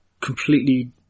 completely